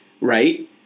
Right